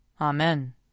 Amen